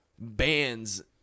bands